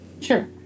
Sure